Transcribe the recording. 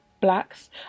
blacks